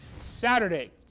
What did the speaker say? Saturday